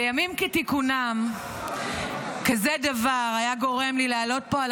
בימים כתיקונם כזה דבר היה גורם לי לעלות פה על